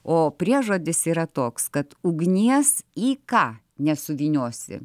o priežodis yra toks kad ugnies į ką nesuvyniosi